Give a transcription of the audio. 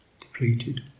depleted